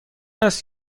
است